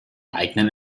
eigenen